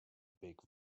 big